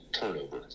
turnover